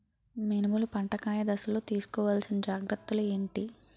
మినుములు పంట కాయ దశలో తిస్కోవాలసిన జాగ్రత్తలు ఏంటి?